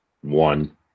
One